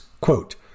quote